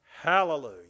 Hallelujah